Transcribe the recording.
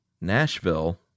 Nashville